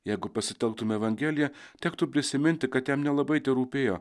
jeigu pasitelktume evangeliją tektų prisiminti kad jam nelabai terūpėjo